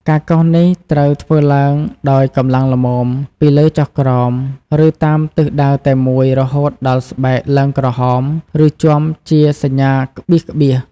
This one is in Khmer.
ការកោសនេះត្រូវធ្វើឡើងដោយ កម្លាំងល្មម ពីលើចុះក្រោម ឬតាមទិសដៅតែមួយ រហូតដល់ស្បែកឡើងក្រហម ឬជាំជាសញ្ញាក្បៀសៗ។